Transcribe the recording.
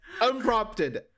unprompted